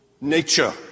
nature